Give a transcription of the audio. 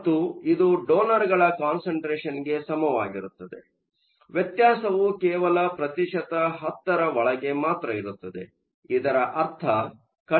ಮತ್ತು ಇದು ಡೊನರ್ಗಳ ಕಾನ್ಸಂಟ್ರೆಷನ್ಗೆ ಸಮವಾಗಿರುತ್ತದೆ ವ್ಯತ್ಯಾಸವು ಕೇವಲ 10 ಪ್ರತಿಶತದ ಒಳಗೆ ಮಾತ್ರ ಇರುತ್ತದೆ